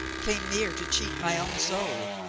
came near to cheat my own soul.